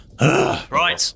Right